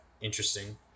interesting